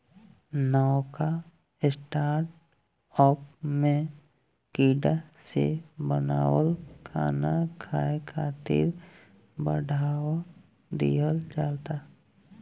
नवका स्टार्टअप में कीड़ा से बनल खाना खाए खातिर बढ़ावा दिहल जाता